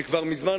שכבר מזמן,